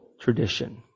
tradition